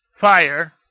fire